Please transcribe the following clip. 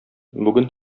бүген